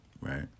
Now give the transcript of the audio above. right